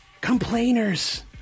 Complainers